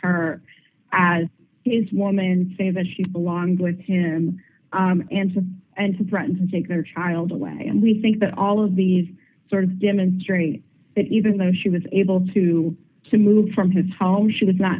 her as his woman and say that she belonged with him and to and to threaten to take their child away and we think that all of these sort of demonstrates that even though she was able to to move from his home she was not